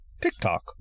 TikTok